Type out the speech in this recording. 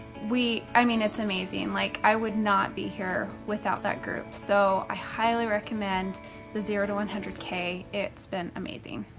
we, i mean, it's amazing. like, i would not be here without that group. so, i highly recommend the zero one hundred k, it's been amazing.